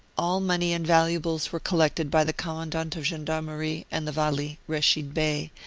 all money and valuables were col lected by the commandant of gendarmerie and the vali, reshid bey,